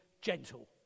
gentle